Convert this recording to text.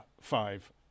five